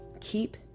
keep